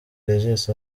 regis